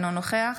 אינו נוכח